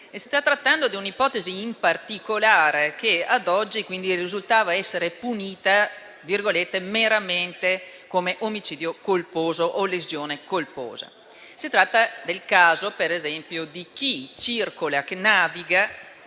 Si sta trattando in particolare di un'ipotesi che ad oggi risultava essere punita meramente come omicidio colposo o lesione colposa. Si tratta del caso, per esempio, di chi naviga